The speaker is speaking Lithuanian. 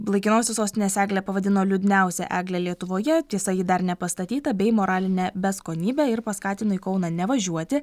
laikinosios sostinės eglę pavadino liūdniausia egle lietuvoje tiesa ji dar nepastatyta bei moraline beskonybe ir paskatino į kauną nevažiuoti